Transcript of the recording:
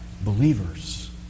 believers